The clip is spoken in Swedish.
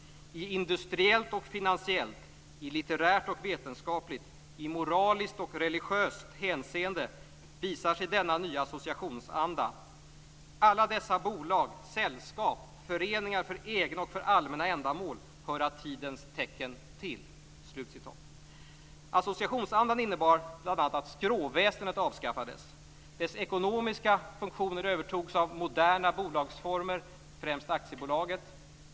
- I industriellt och finansiellt, i litterärt och vetenskapligt, i moraliskt och religiöst hänseende visar sig denna nya associationsanda. Alla dessa bolag, sällskap, föreningar för egna och för allmänna ändamål, höra tidens tecken till." Associationsandan innebar bl.a. att skråväsendet avskaffades. Dess ekonomiska funktion övertogs av moderna bolagsformer, främst aktiebolaget.